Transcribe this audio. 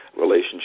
relationship